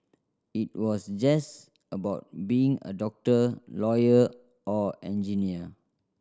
it was just about being a doctor lawyer or engineer